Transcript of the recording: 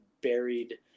buried